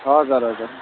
हजुर हजुर